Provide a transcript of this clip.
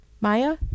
maya